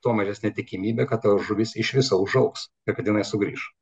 tuo mažesnė tikimybė kad ta žuvis iš viso užaugs kad jinai sugrįš